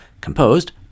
composed